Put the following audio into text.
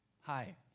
Hi